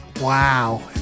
Wow